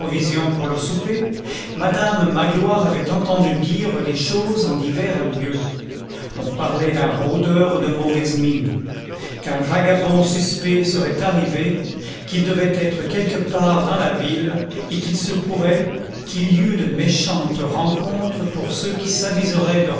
pour le souper madame magloire avait entendu dire des choses en divers lieux on parlait d'un rôdeur de mauvaise mine qu'un vagabond suspect serait arrivé qu'il devait être quelque part dans la ville et qu'il se pourrait qu'il y eût de méchantes rencontres pour ceux qui s'aviseraient de